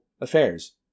affairs